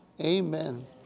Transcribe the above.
Amen